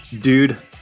dude